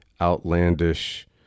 outlandish